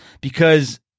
because-